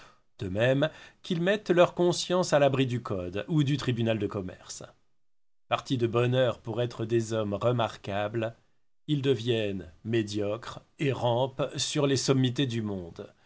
de même qu'ils mettent leurs consciences à l'abri du code ou du tribunal de commerce partis de bonne heure pour être des hommes remarquables ils deviennent médiocres et rampent sur les sommités du monde